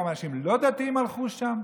כמה אנשים לא דתיים הלכו שם?